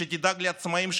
שתדאג לעצמאים,